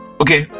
okay